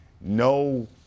no